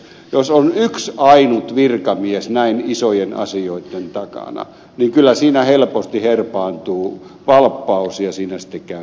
jos on yksi ainut virkamies näin isojen asioitten takana niin kyllä siinä helposti herpaantuu valppaus ja siinä sitten käy vähän huonosti